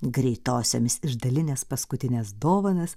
greitosiomis išdalinęs paskutines dovanas